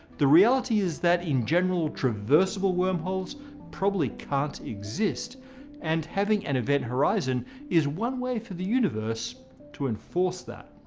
the reality is that, in general, traversible wormholes probably can't exist and having an event horizon is one way for the universe to enforce that.